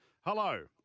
hello